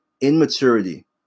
Immaturity